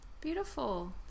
beautiful